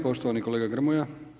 Poštovani kolega Grmoja.